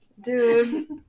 dude